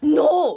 no